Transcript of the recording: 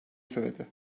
söyledi